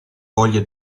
voglia